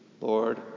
Lord